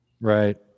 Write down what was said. Right